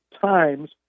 times